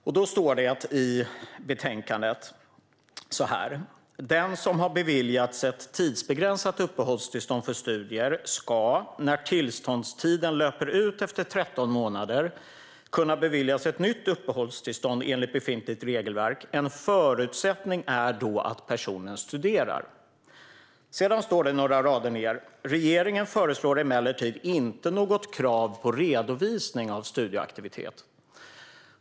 I betänkandet står det så här: Den som har beviljats ett tidsbegränsat uppehållstillstånd för studier ska när tillståndstiden löper ut efter 13 månader kunna beviljas ett nytt uppehållstillstånd enligt befintligt regelverk. En förutsättning är då att personen studerar. Några rader ned står det: Regeringen föreslår emellertid inte något krav på redovisning av studieaktivitet.